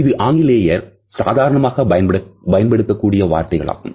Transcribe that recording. இது ஆங்கிலேயர் சாதாரணமாக பயன்படுத்தக்கூடிய வார்த்தைகளாகும்